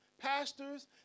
pastors